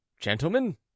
Gentlemen